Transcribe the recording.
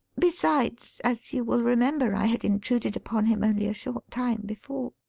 besides, as you will remember, i had intruded upon him only a short time before.